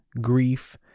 grief